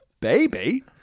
baby